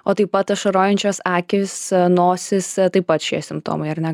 o taip pat ašarojančios akys nosis taip pat šie simptomai ar ne